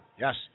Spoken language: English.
Yes